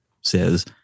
says